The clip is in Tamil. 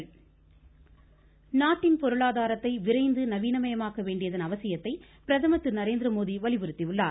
பிரதமர் நாட்டின் பொருளாதாரத்தை விரைந்து நவீன மயமாக்க வேண்டியதன் அவசியத்தை பிரதமர் திரு நரேந்திரமோடி வலியுறுத்தியுள்ளார்